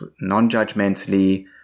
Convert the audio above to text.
non-judgmentally